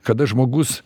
kada žmogus